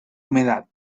humedad